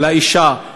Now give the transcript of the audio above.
לאישה,